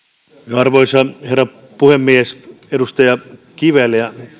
arvoisa herra puhemies edustaja kivelä